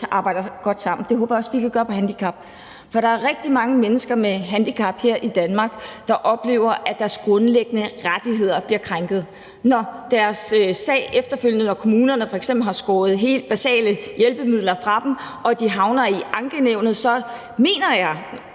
arbejder godt sammen. Det håber jeg også vi kan gøre på handicapområdet, for der er rigtig mange mennesker med handicap her i Danmark, der oplever, at deres grundlæggende rettigheder bliver krænket. Når kommunerne f.eks. har skåret helt basale hjælpemidler fra dem og de havner i ankenævnet, mener jeg